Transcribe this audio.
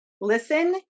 Listen